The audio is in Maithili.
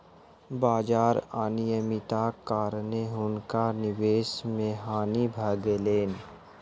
बाजार अनियमित्ताक कारणेँ हुनका निवेश मे हानि भ गेलैन